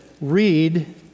read